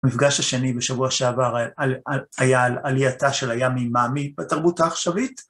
מפגש השני בשבוע שעבר היה על עלייתה של היאמי מאמי בתרבות העכשווית